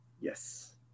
Yes